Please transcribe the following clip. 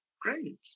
Great